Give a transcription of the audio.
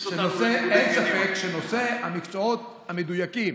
אין ספק שנושא המקצועות המדויקים,